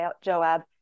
Joab